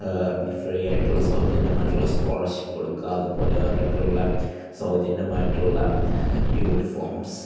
free ആയിട്ടുള്ള സൗജന്യമായിട്ടുള്ള scholarship കൊടുക്കുക അതുപോലെ അവർക്കുള്ള സൗജന്യമായിട്ടുള്ള യൂണിഫോംസ്